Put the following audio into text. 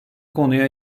konuya